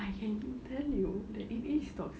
I can don't tell you that it is toxic